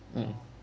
mm